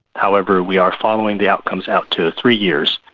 however, we are following the outcomes out to three years,